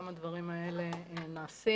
גם הדברים האלה נעשים,